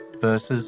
versus